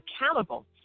accountable